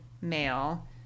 male